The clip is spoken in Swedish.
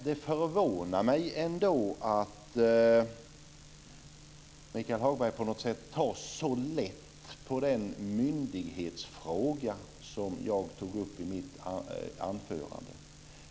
Det förvånar mig att Michael Hagberg tar så lätt på den myndighetsfråga jag tog upp i mitt anförande.